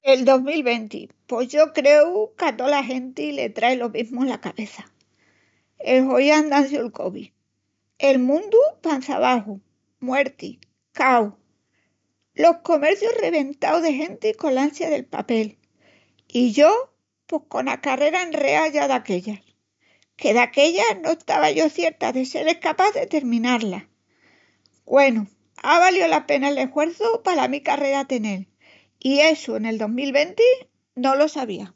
El dos mil venti pos yo creu qu'a tola genti le trai lo mesmu ala cabeça. El hoíu andanciu'l covid. el mundu pança abaxu, muertis, caus, los comercius reventaus de genti col ansia del papel... I yo, pos cona carrera enreá ya d'aquella, que d'aquella no estava yo cierta de sel escapás de terminá-la. Güenu, á valíu la pena l'eshuerçu pala mi carrera tenel i essu nel dos mil i venti no lo sabía.